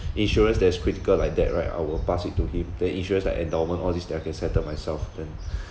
insurance that's critical like that right I will pass it to him the insurance like endowment all this that I can settle myself then